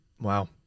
Wow